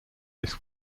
this